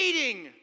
waiting